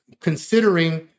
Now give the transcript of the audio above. considering